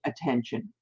attention